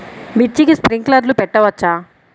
మిర్చికి స్ప్రింక్లర్లు పెట్టవచ్చా?